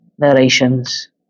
narrations